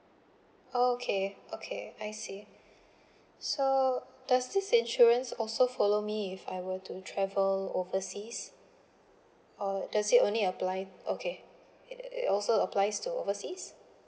okay okay I see so does this insurance also follow me if I were to travel overseas or does it only apply okay uh it also applies to overseas